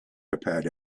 prepared